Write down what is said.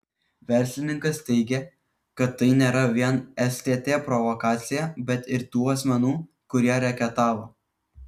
verslininkas teigė kad tai nėra vien stt provokacija bet ir tų asmenų kurie reketavo